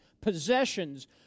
possessions